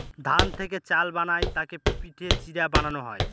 ধান থেকে চাল বানায় তাকে পিটে চিড়া বানানো হয়